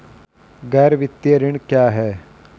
गैर वित्तीय ऋण क्या है?